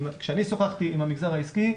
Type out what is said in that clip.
כשאני שוחחתי עם המגזר העסקי,